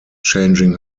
changing